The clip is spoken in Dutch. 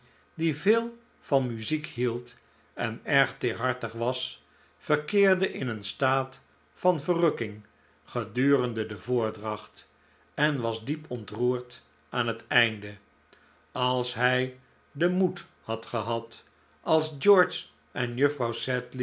die veel van muziek hield en erg teerhartig was verkeerde in een staat van verrukking gedurende de voordracht en was diep ontroerd aan het einde als hij den moed had gehad als george en juffrouw